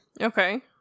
Okay